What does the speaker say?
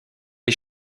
est